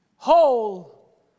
Whole